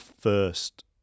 first